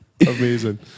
amazing